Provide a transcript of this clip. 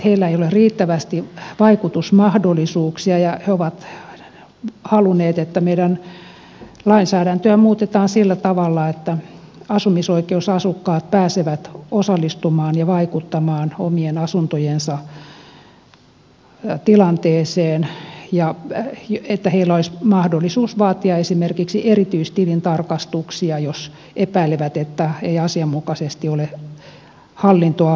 heillä ei ole riittävästi vaikutusmahdollisuuksia ja he ovat halunneet että meidän lainsäädäntöä muutetaan sillä tavalla että asumisoikeusasukkaat pääsevät osallistumaan ja vaikuttamaan omien asuntojensa tilanteeseen niin että heillä olisi mahdollisuus vaatia esimerkiksi erityistilintarkastuksia jos epäilevät että ei asianmukaisesti ole hallintoa hoidettu